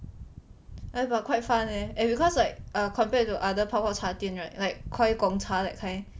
!aiya! but quite fun leh eh because like compared to other 泡泡茶店 right like Koi Gong Cha that kind